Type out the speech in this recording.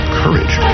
courage